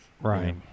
Right